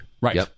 Right